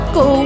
go